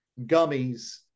gummies